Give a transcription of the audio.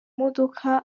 modoka